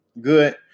good